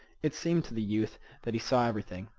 it seemed to the youth that he saw everything.